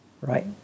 Right